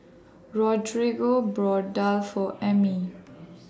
Rodrigo bought Daal For Emmie